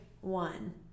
one